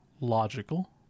logical